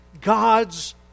God's